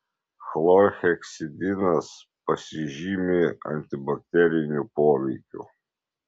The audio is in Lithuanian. chlorheksidinas pasižymi antibakteriniu poveikiu